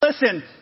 Listen